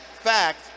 fact